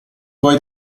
puoi